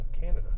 Canada